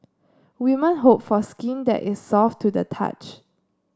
women hope for skin that is soft to the touch